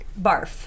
barf